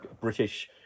British